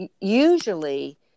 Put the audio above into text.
usually